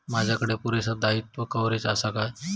माजाकडे पुरासा दाईत्वा कव्हारेज असा काय?